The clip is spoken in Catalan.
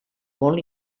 molt